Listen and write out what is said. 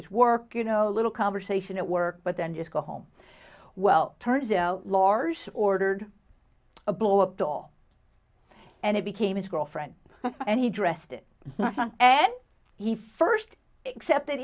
it's work you know a little conversation at work but then just go home well turns out lars ordered a blow up doll and it became his girlfriend and he dressed it and he first except that